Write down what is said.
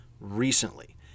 recently